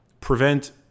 prevent